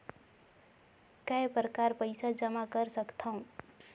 काय प्रकार पईसा जमा कर सकथव?